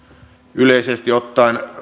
yleisesti ottaen